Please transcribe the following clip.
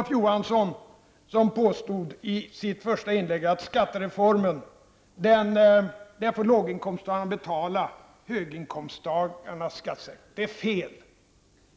I sitt första inlägg påstod Olof Johansson att skattereformen för med sig att låginkomsttagarna får betala höginkomsttagarnas skattesänkning. Det är fel,